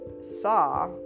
saw